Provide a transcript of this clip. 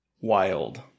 Wild